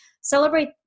celebrate